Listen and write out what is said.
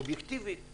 אובייקטיבית,